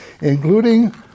including